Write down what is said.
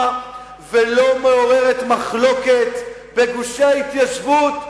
ולא מעוררת מחלוקת בגושי ההתיישבות ובירושלים.